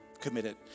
committed